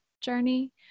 journey